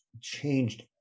changed